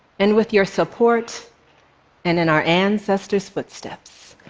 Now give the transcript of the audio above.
and with your support and in our ancestors' footsteps,